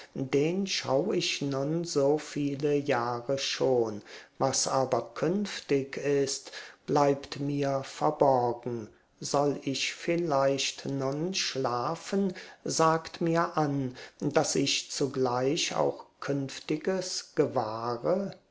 den schau ich nun so viele jahre schon was aber künftig ist bleibt mir verborgen soll ich vielleicht nun schlafen sagt mir an daß ich zugleich auch künftiges gewahre